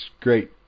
great